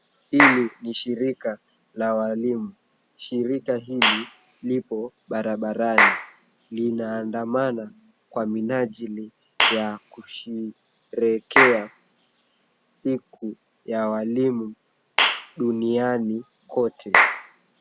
Hili ni shirika la walimu. Shirika hili lipo barabarani. Linaandamana kwa minajili ya kusherehekea siku ya walimu duniani kote.